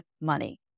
money